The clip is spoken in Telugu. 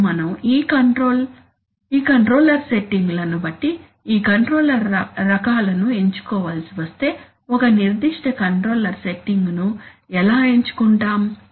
ఇప్పుడు మనం ఈ కంట్రోలర్ సెట్టింగులను బట్టి ఈ కంట్రోలర్ రకాలను ఎంచుకోవాల్సి వస్తే ఒక నిర్దిష్ట కంట్రోలర్ సెట్టింగును ఎలా ఎంచుకుంటాం